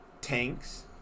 Tanks